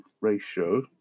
ratio